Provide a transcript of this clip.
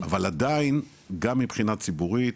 אבל עדיין גם מבחינה ציבורית,